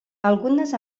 algunes